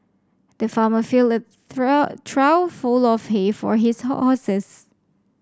the farmer filled a trough full of hay for his horses